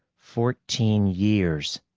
fourteen years.